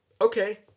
Okay